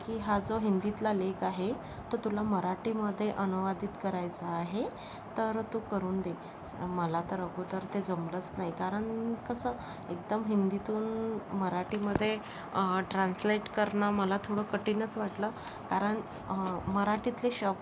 की हा जो हिंदीतला लेख आहे तो तुला मराठीमध्ये अनुवादित करायचा आहे तर तू करून दे मला तर अगोदर ते जमलंच नाही कारण कसं एकदम हिंदीतून मराठीमध्ये ट्रान्सलेट करणं मला थोडं कठीणच वाटलं कारण मराठीतले शब